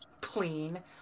clean